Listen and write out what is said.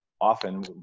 often